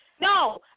No